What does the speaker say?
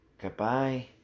Goodbye